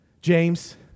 James